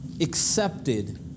accepted